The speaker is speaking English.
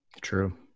True